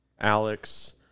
Alex